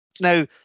now